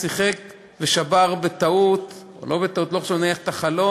שיחק ושבר בטעות או לא בטעות את החלון,